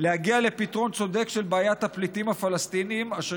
להגיע לפתרון צודק של בעיית הפליטים הפלסטינים אשר